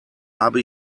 habe